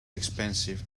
expensive